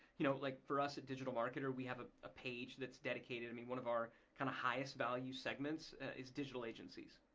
you know like for us at digital marketer, we have a ah page that's dedicated. and one of our kind of highest value segments is digital agencies.